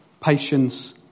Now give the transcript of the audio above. patience